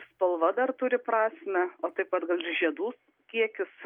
spalva dar turi prasmę o taip pat gal žiedų kiekis